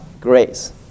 grace